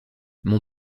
mon